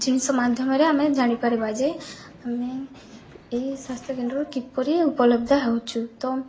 ଜିନିଷ ମାଧ୍ୟମରେ ଆମେ ଜାଣିପାରିବା ଯେ ଆମେ ଏ ସ୍ୱାସ୍ଥ୍ୟକେନ୍ଦ୍ରରୁ କିପରି ଉପଲବ୍ଧ ହେଉଛୁ ତ